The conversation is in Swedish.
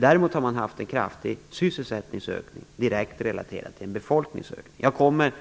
Däremot har man haft en kraftig sysselsättningsökning, direkt relaterad till en befolkningsökning. I dag på morgonen